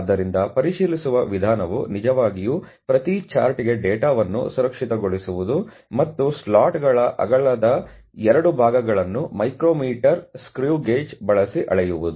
ಆದ್ದರಿಂದ ಪರಿಶೀಲಿಸುವ ವಿಧಾನವು ನಿಜವಾಗಿಯೂ ಪ್ರತಿ ಚಾರ್ಟ್ಗೆ ಡೇಟಾವನ್ನು ಸುರಕ್ಷಿತಗೊಳಿಸುವುದು ಮತ್ತು ಸ್ಲಾಟ್ಗಳ ಅಗಲದ 2 ಭಾಗಗಳನ್ನು ಮೈಕ್ರೋ ಮೀಟರ್ ಸ್ಕ್ರೂ ಗೇಜ್ ಬಳಸಿ ಅಳೆಯುವುದು